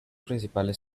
principales